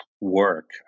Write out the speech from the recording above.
work